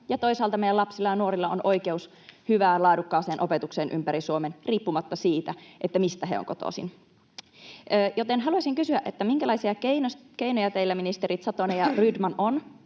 toisaalta meidän lapsilla ja nuorilla on oikeus hyvään, laadukkaaseen opetukseen ympäri Suomen riippumatta siitä, mistä he ovat kotoisin. Joten haluaisin kysyä: minkälaisia keinoja teillä, ministerit Satonen ja Rydman, on,